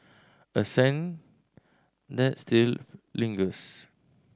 a scent that still lingers